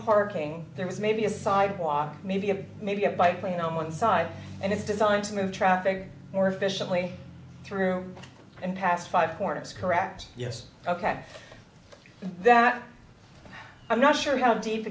parking there was maybe a sidewalk maybe a maybe a biplane on one side and it's designed to move traffic more efficiently through and past five corners correct yes ok that i'm not sure how deep